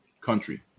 country